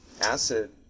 acid